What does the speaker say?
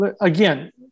again